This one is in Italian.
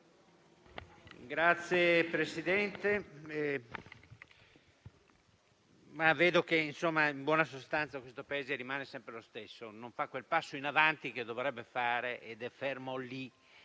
Signor Presidente, vedo che in buona sostanza questo Paese rimane sempre lo stesso, non fa quel passo in avanti che dovrebbe fare ed è ancora